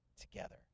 together